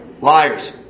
Liars